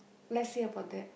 let's see about that